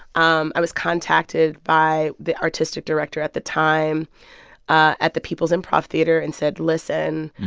um i was contacted by the artistic director at the time ah at the peoples improv theater and said, listen.